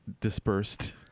Dispersed